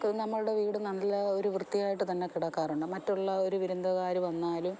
ക് നമ്മുടെ വീട് നല്ല ഒരു വൃത്തിയായിട്ട് തന്നെ കിടക്കാറുണ്ട് മറ്റുള്ള ഒരു വിരുന്നുകാർ വന്നാലും